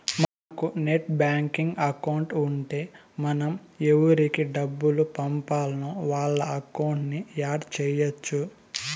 మనకు net banking account ఉంటే మనం ఎవురికి డబ్బులు పంపాల్నో వాళ్ళ అకౌంట్లని యాడ్ చెయ్యచ్చు